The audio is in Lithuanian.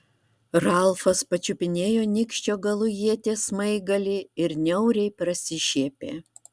ralfas pačiupinėjo nykščio galu ieties smaigalį ir niauriai prasišiepė